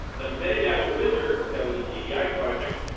the metadata wizard that was a cdi project,